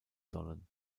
sollen